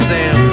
Sam